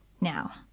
now